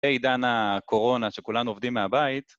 אחרי עידן קורונה, שכולנו עובדים מהבית.